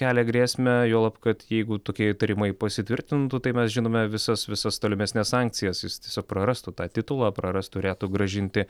kelia grėsmę juolab kad jeigu tokie įtarimai pasitvirtintų tai mes žinome visas visas tolimesnes sankcijas jis tiesiog prarastų tą titulą praras turėtų grąžinti